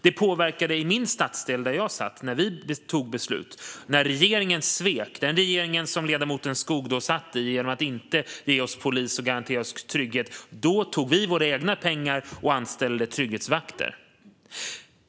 Det påverkade i min stadsdel, där jag satt i stadsdelsnämnden, när vi tog beslut och när regeringen svek - den regering som ledamoten Skog satt i - genom att inte ge oss polis och garantera oss trygghet. Då tog vi våra egna pengar och anställde trygghetsvakter.